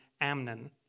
Amnon